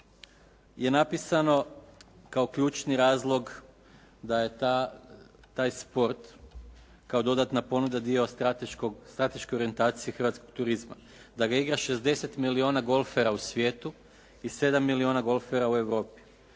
je napisano kao ključni razlog da je taj sport kao dodatna ponuda dio strateške orijentacije hrvatskog turizma, da ga igra 60 milijuna golfera u svijetu, i 7 milijuna golfera u Europi.